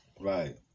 right